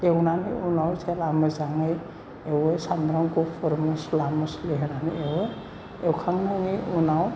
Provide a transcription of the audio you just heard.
एवनायनि उनाव जेब्ला मोजाङै एवो साम्ब्राम गुफुर मस्ला मस्लि होनानै एवो एवखांनायनि उनाव